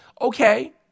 Okay